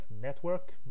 network